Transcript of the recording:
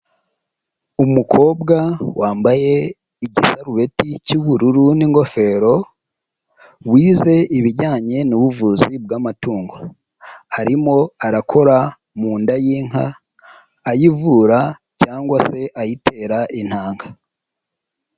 Umukobwa wambaye igisarubeti cy'ubururu n'ingofero, wize ibijyanye n'ubuvuzi bw'amatungo, arimo arakora mu nda y'inka, ayivura cyangwa se ayitera intanga.